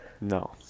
No